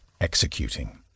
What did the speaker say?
executing